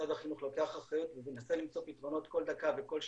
משרד החינוך לוקח אחריות ומנסה למצוא פתרונות כל דקה וכל שניה,